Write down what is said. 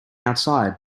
outside